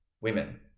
women